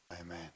Amen